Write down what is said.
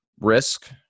risk